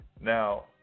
Now